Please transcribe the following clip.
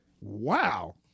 Wow